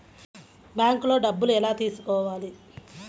బ్యాంక్లో డబ్బులు ఎలా తీసుకోవాలి?